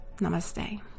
Namaste